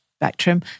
Spectrum